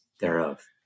thereof